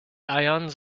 ions